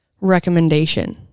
recommendation